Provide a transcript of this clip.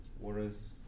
whereas